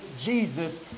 Jesus